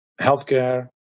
healthcare